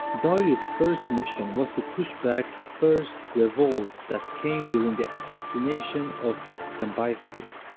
darius first mission was to push back the first revolts that came during the assassination of cambyses.